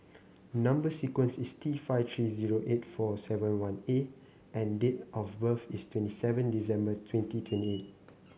number sequence is T five three zero eight four seven one A and date of birth is twenty seven December twenty twenty eight